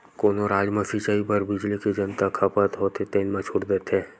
कोनो राज म सिचई बर बिजली के जतना खपत होथे तेन म छूट देथे